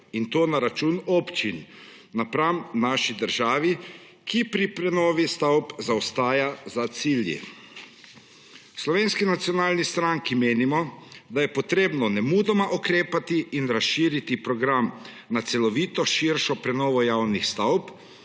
in to na račun občin, v primerjavi z našo državo, ki pri prenovi stavb zaostaja za cilji. V Slovenski nacionalni stranki menimo, da je treba nemudoma ukrepati in razširiti program na celovito širšo prenovo javnih stavb,